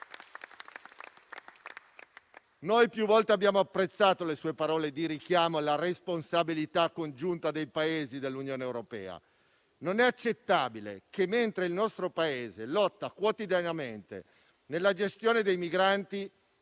Noi più volte abbiamo apprezzato le sue parole di richiamo alla responsabilità congiunta dei Paesi dell'Unione europea. Non è accettabile che mentre il nostro Paese lotta quotidianamente nella gestione dei migranti,